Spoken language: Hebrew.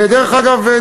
דרך אגב,